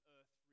Earth